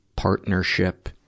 partnership